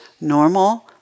normal